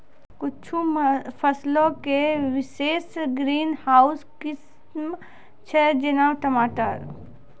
कुछु फसलो के विशेष ग्रीन हाउस किस्म छै, जेना टमाटर